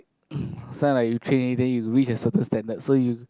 sound like you train already then you reach a certain standard so you